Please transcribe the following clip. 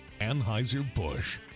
Anheuser-Busch